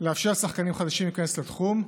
לאפשר לשחקנים חדשים להיכנס לתחום,